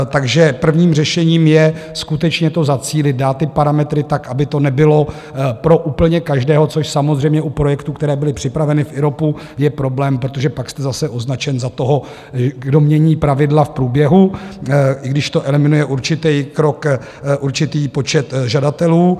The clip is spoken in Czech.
Takže prvním řešením je skutečně to zacílit, dát ty parametry tak, aby to nebylo pro úplně každého, což samozřejmě u projektů, které byly připraveny v IROPu, je problém, protože pak jste zase označen za toho, kdo mění pravidla v průběhu, i když to eliminuje určitý krok, určitý počet žadatelů.